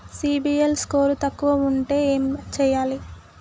CIBIL score తక్కువ ఉంటే ఏం చేయాలి?